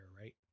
right